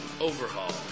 overhaul